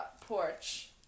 porch